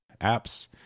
apps